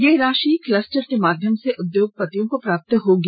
यह राशि क्लस्टर के माध्यम से उद्योगपतियों को प्राप्त होगी